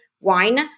wine